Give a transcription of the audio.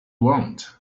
want